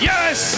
Yes